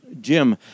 Jim